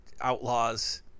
outlaws